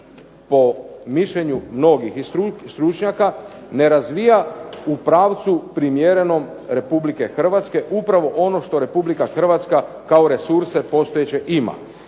po mišljenju mnogih i stručnjaka ne razvija u pravcu primjerenom Republike Hrvatske upravo ono što Republika Hrvatska kao resurse postojeće ima.